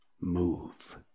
move